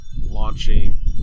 launching